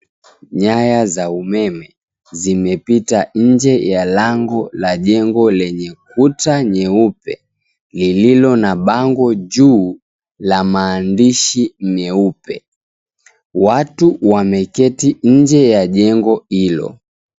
Nyaya za umeme, zimepita nje ya lango la jengo lenye kuta nyeupe lililo na bango juu la maandishi meupe. Watu wameketi nje ya jengo hilo.